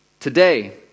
Today